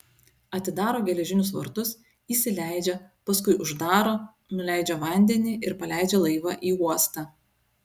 atidaro geležinius vartus įsileidžia paskui uždaro nuleidžia vandenį ir paleidžia laivą į uostą